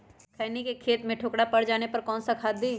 खैनी के खेत में ठोकरा पर जाने पर कौन सा खाद दी?